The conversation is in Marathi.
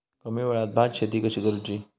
कमी वेळात भात शेती कशी करुची?